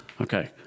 Okay